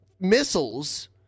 missiles